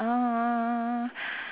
uh